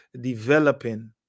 developing